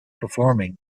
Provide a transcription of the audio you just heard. performing